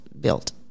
built